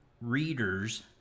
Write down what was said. readers